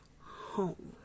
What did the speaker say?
home